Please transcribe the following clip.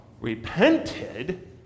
repented